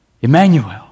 Emmanuel